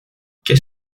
qu’est